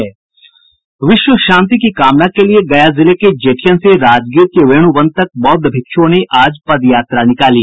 विश्व शांति की कामना के लिए गया जिले के जेठियन से राजगीर के वेणुवन तक बौद्ध भिक्षुओं ने आज पद यात्रा निकाली